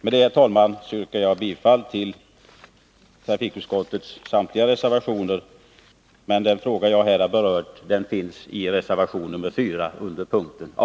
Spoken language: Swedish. Med detta, herr talman, yrkar jag bifall till samtliga socialdemokratiska reservationer i trafikutskottets betänkande nr 16. Den fråga jag berört tas upp i reservation 4 under punkt 6 a.